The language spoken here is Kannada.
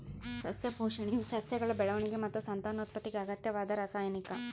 ಸಸ್ಯ ಪೋಷಣೆಯು ಸಸ್ಯಗಳ ಬೆಳವಣಿಗೆ ಮತ್ತು ಸಂತಾನೋತ್ಪತ್ತಿಗೆ ಅಗತ್ಯವಾದ ರಾಸಾಯನಿಕ